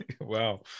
Wow